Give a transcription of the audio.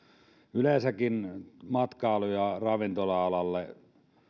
yleensäkin matkailu ja ravintola alalle